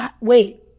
wait